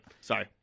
sorry